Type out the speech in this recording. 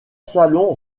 salon